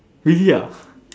really ah